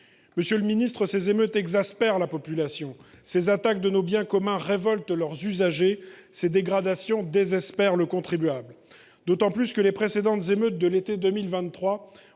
d’euros. Ces émeutes exaspèrent la population ; ces attaques contre nos biens communs révoltent leurs usagers ; ces dégradations désespèrent le contribuable. D’autant plus que les précédentes émeutes de l’été 2023